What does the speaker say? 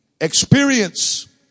Experience